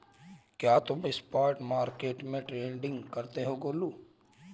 क्या तुम spot market में ट्रेडिंग करते हो गोलू?